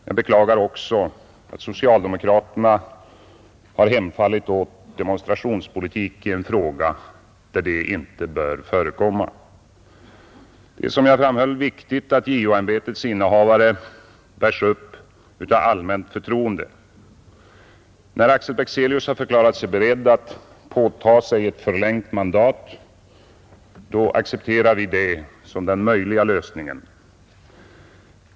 Jag beklagar också att socialdemokraterna har hemfallit åt demonstrationspolitik i en fråga där det inte bör förekomma. Det är som jag framhållit viktigt att JO-ämbetets innehavare bärs upp av allmänt förtroende. När Alfred Bexelius har förklarat sig beredd att påta sig ett förlängt mandat accepterar vi det som den möjliga lösningen.